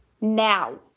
now